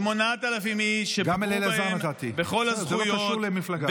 גם לאלעזר נתתי, זה לא קשור למפלגה.